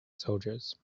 soldiers